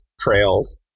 trails